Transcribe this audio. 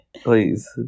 please